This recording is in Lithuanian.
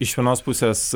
iš vienos pusės